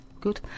Good